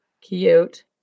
Cute